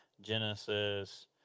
Genesis